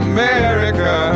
America